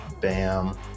bam